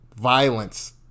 Violence